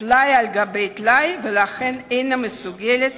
טלאי על גבי טלאי ולכן איננה מסוגלת